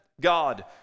god